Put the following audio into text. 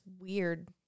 weird